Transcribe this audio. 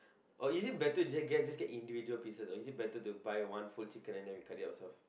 or is better to just get just get individual pieces or is it better to buy one full chicken and then we cut it ourself